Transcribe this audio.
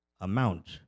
amount